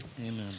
Amen